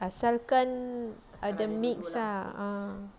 asalkan mixed ah ah